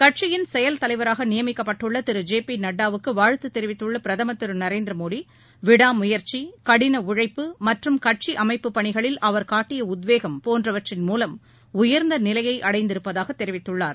கட்சியின் செயல் தலைவராக நியமிக்கப்பட்டுள்ள திரு ஜெ பி நட்டாவுக்கு வாழ்த்து தெரிவித்துள்ள பிரதமர் திரு நரேந்திர மோடி விடா முயற்சி கடின உழைப்பு மற்றும் கட்சி அமைப்புப் பணிகளில் அவர் காட்டிய உத்வேகம் போன்றவற்றின் மூலம் உயர்ந்த நிலையை அடைந்திருப்பதாகத் தெரிவித்துள்ளார்